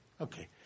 okay